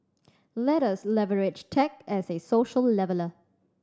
let us leverage tech as a social leveller